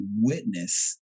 witness